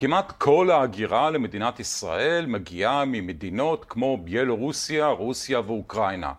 כמעט כל ההגירה למדינת ישראל מגיעה ממדינות כמו ביילורוסיה, רוסיה ואוקראינה.